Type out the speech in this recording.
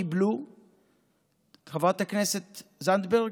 חברת הכנסת זנדברג,